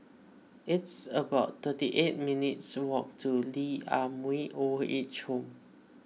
it's about thirty eight minutes' walk to Lee Ah Mooi Old Age Home